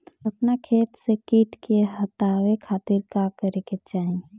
अपना खेत से कीट के हतावे खातिर का करे के चाही?